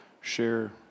share